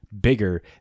bigger